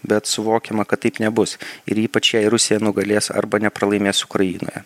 bet suvokiama kad taip nebus ir ypač jei rusija nugalės arba nepralaimės ukrainoje